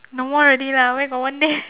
no more already lah where got one day